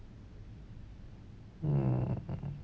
mm